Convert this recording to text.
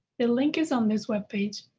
the link is on this web page.